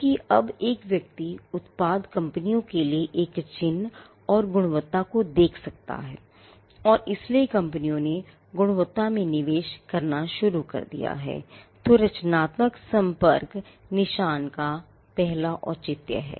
क्योंकि अब एक व्यक्ति उत्पाद कंपनियों के लिए एक चिह्न और गुणवत्ता को देख सकता है और इसलिए कंपनीयों ने गुणवत्ता में निवेश करना शुरू कर दिया है तो रचनात्मक सम्पर्कनिशान का पहला औचित्य है